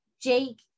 Jake